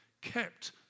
Kept